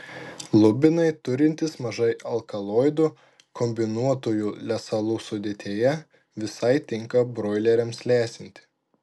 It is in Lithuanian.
lubinai turintys mažai alkaloidų kombinuotųjų lesalų sudėtyje visai tinka broileriams lesinti